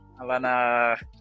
Alana